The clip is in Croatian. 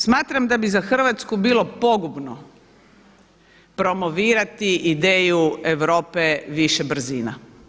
Smatram da bi za Hrvatsku bilo pogubno promovirati ideju Europe više brzina.